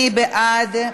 מי בעד?